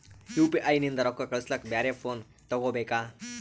UPI ನಿಂದ ರೊಕ್ಕ ಕಳಸ್ಲಕ ಬ್ಯಾರೆ ಫೋನ ತೋಗೊಬೇಕ?